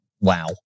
wow